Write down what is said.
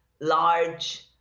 large